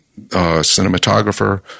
cinematographer